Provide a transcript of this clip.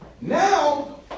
Now